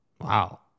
Wow